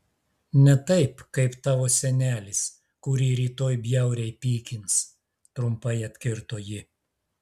ne taip kaip tavo senelis kurį rytoj bjauriai pykins trumpai atkirto ji